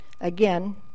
Again